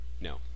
No